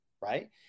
right